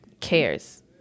cares